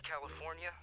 California